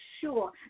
sure